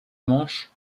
manche